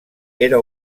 era